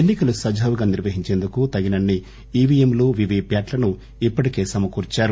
ఎన్నికలు సజావుగా నిర్వహించేందుకు తగినన్ని ఈవిఎంలు వీవీ ప్పాట్ణను ఇప్పటికే సమకూర్చారు